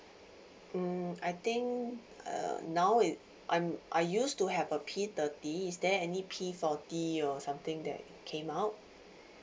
mm I think err now it I'm I used to have a P thirty is there any P forty or something that came out